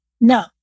No